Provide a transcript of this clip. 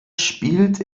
spielt